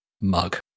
mug